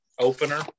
opener